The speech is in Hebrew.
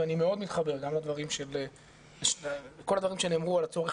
ואני מאוד מתחבר לכל הדברים שנאמרו על הצורך